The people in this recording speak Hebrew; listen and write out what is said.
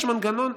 יש מנגנון,